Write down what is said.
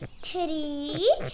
three